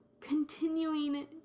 continuing